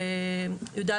ביא',